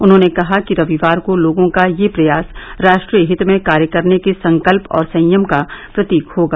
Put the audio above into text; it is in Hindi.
उन्होंने कहा कि रविवार को लोगों का यह प्रयास राष्ट्रीय हित में कार्य करने के संकल्प और संयम का प्रतीक होगा